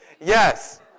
Yes